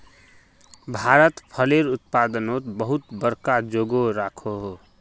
भारत फलेर उत्पादनोत बहुत बड़का जोगोह राखोह